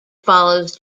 follows